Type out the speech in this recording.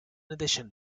addition